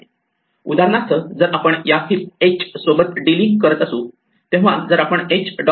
उदाहरणार्थ जर आपण या हीप h सोबत डीलिंग करत असू तेव्हा जर आपण h